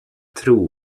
tro